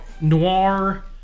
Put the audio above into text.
noir